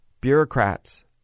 bureaucrats